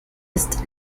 ist